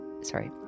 Sorry